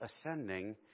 ascending